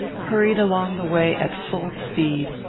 hurried along the way at full speed.